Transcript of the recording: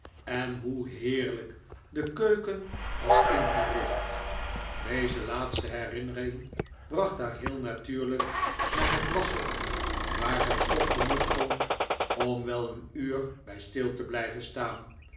en hoe heerlijk de keuken was ingericht deze laatste herinnering bracht haar heel natuurlijk naar het waschhok waar zij stof genoeg vond om wel een uur bij stil te blijven staan